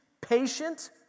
patient